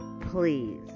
please